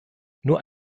nur